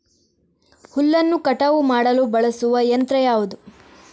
ಹುಲ್ಲನ್ನು ಕಟಾವು ಮಾಡಲು ಬಳಸುವ ಯಂತ್ರ ಯಾವುದು?